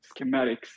schematics